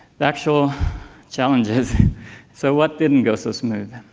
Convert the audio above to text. the actual challenges so what didn't go so smooth?